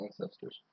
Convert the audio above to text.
ancestors